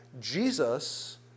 Jesus